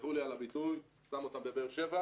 תסלחו לי על הביטוי, שם אותם בבאר שבע,